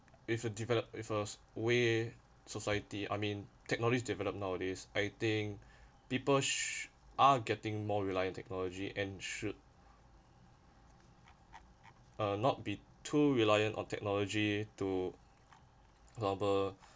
with a developed with a way society I mean technologies develop nowadays I think people are getting more reliant on technology and should not be too reliant on technology to